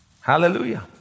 Hallelujah